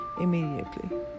immediately